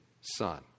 son